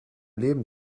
leben